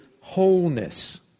wholeness